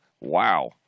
Wow